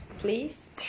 Please